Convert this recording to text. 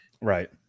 Right